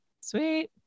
Sweet